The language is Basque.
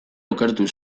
okertu